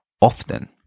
often